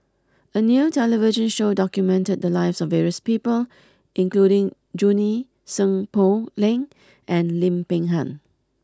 a new television show documented the lives of various people including Junie Sng Poh Leng and Lim Peng Han